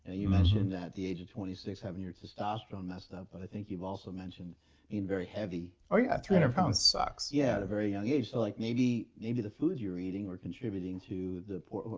ah you mentioned at the age of twenty six having your testosterone messed up, but i think you've also mentioned being very heavy oh yeah, three hundred pounds sucks yeah, at a very young age, so like maybe maybe the food you were eating were contributing to the poor.